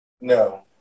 No